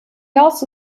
also